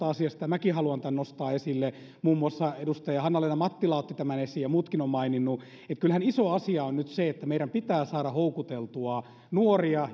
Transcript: asiasta ja minäkin haluan tämän nostaa esille muun muassa edustaja hanna leena mattila otti esiin ja muutkin ovat maininneet että kyllähän iso asia on nyt se että meidän pitää saada houkuteltua nuoria